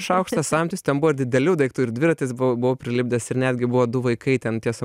šaukštas samtis ten buvo ir didelių daiktų ir dviratis buvau buvau prilipdęs ir netgi buvo du vaikai ten tiesa